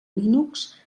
linux